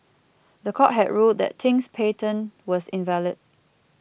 the court had ruled that Ting's patent was invalid